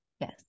yes